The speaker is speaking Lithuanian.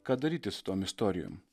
ką daryti su tom istorijom